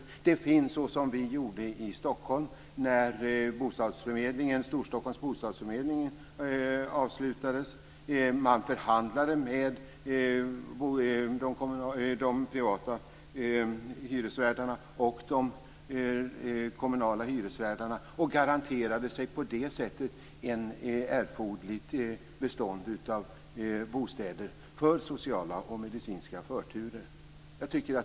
Man kan också göra som vi gjorde när Storstockholms bostadsförmedling lades ned. Vi förhandlade med de privata och kommunala hyresvärdarna, och på det sättet garanterade vi oss ett erforderligt bestånd av bostäder för sociala och medicinska förturer.